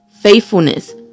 faithfulness